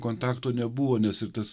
kontakto nebuvo nes ir tas